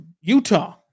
Utah